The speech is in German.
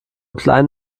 klein